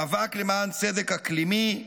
מאבק למען צדק אקלימי,